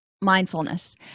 mindfulness